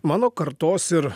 mano kartos ir